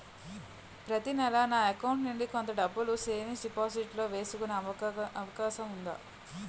ప్రతి నెల నా అకౌంట్ నుండి కొంత డబ్బులు సేవింగ్స్ డెపోసిట్ లో వేసుకునే అవకాశం ఉందా?